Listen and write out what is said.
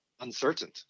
uncertain